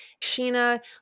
Sheena